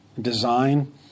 design